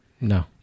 no